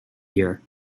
year